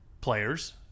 players